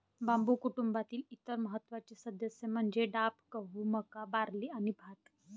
बांबू कुटुंबातील इतर महत्त्वाचे सदस्य म्हणजे डाब, गहू, मका, बार्ली आणि भात